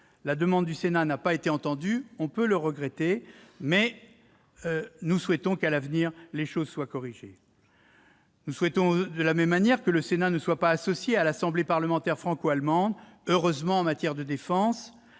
La demande du Sénat n'a pas été entendue, on peut le regretter. À l'avenir, nous souhaitons que les choses soient corrigées. De la même manière, nous regrettons que le Sénat ne soit pas associé à l'Assemblée parlementaire franco-allemande. Heureusement, en matière de défense,